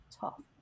tough